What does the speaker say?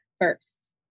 first